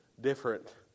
different